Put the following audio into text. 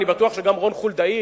אני בטוח שגם רון חולדאי,